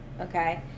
Okay